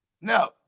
No